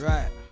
Right